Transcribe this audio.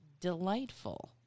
delightful